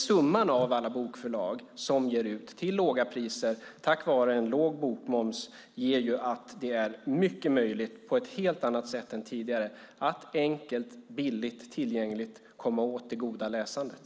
Summan av alla bokförlag som ger ut böcker till låga priser tack vare en låg bokmoms gör att det på ett helt annat sätt än tidigare är möjligt att enkelt, billigt och tillgängligt komma åt det goda läsandet.